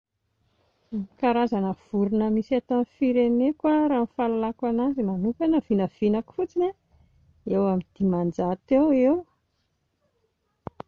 Ny karazana vorona misy eto amin'ny fireneneko a raha ny fahalalako an'azy manokana vinavinako fotsiny a eo amin'ny diman-jato eo